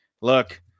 look